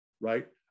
right